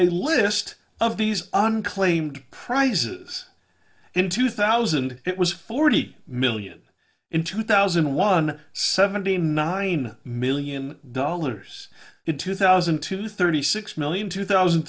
a list of these unclaimed prizes in two thousand it was forty million in two thousand and one seventy nine million dollars in two thousand and two thirty six million two thousand